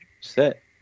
set